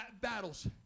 battles